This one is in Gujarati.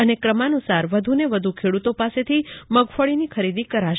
અને ક્રમાનુસાર વધુને વધુ ખેડૂતો પાસેથી મગફળીની ખરીદી કરાશે